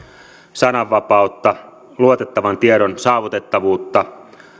sananvapautta luotettavan tiedon saavutettavuutta